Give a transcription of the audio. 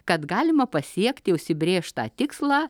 kad galima pasiekti užsibrėžtą tikslą